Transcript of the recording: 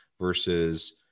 versus